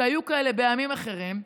שהיו כאלה בעמים אחרים,